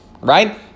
right